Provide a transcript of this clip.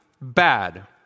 bad